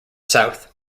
south